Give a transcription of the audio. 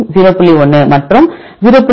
1 மற்றும் 0